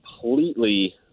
completely –